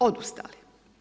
Odustali.